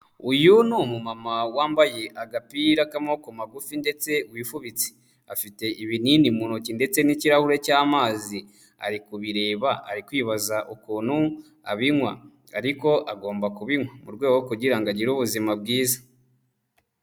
Uyu ni umumama wambaye agapira k'amaboko magufi ndetse wifubitse, afite ibinini mu ntoki ndetse n'ikirahure cy'amazi, ari kubireba, ari kwibaza ukuntu abinywa ariko agomba kubinywa mu rwego kugira ngo agire ubuzima bwiza.